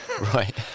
Right